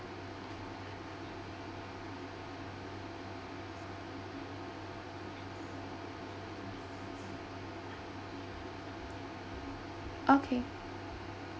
okay